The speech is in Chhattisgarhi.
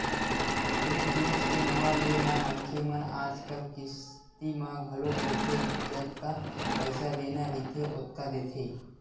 कोनो जिनिस के नवा ले म मनखे मन आजकल किस्ती म घलोक लेथे जतका पइसा देना रहिथे ओतका देथे